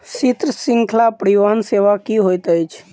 शीत श्रृंखला परिवहन सेवा की होइत अछि?